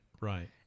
Right